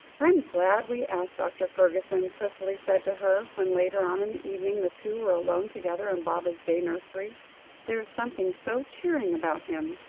i am glad we asked dr. fergusson, cicely said to her, when later on in the evening the two were alone together in baba's day nursery there is something so cheering about him,